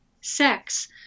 sex